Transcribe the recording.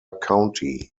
county